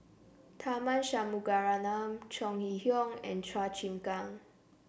Tharman Shanmugaratnam Chong Hee Hiong and Chua Chim Kang